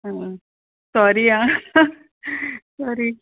आं sorry sorry